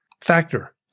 Factor